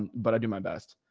but i do my best,